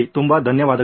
ತುಂಬ ಧನ್ಯವಾದಗಳು